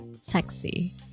sexy